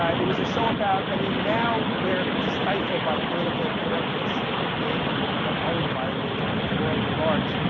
it was a show about, i mean now we're stifled by political correctness in the art environment, or in the world at large.